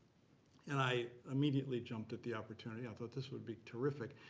and i immediately jumped at the opportunity. i thought this would be terrific.